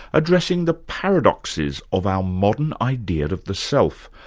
addressing the paradoxes of our modern idea of the self,